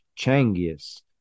Changis